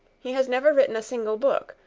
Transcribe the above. he has never written a single book,